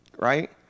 right